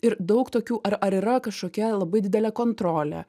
ir daug tokių ar ar yra kažkokia labai didelė kontrolė